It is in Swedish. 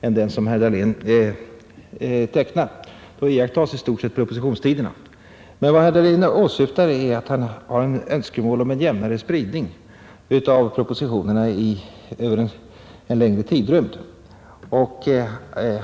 än den som herr Dahlén här tecknade. Då iakttas i stort sett propositionstiderna. Men vad herr Dahlén här syftar till är att han vill ha en jämnare spridning av propositionerna över en längre tidrymd.